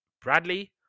Bradley